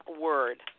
word